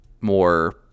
more